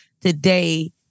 today